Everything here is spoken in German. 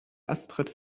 astrid